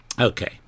Okay